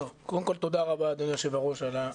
קודם כל תודה רבה אדוני היו"ר על הדיון,